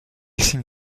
signe